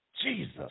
Jesus